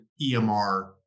EMR